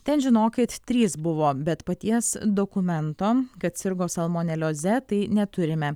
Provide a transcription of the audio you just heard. ten žinokit trys buvo bet paties dokumento kad sirgo salmonelioze tai neturime